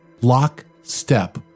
lockstep